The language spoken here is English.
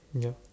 yup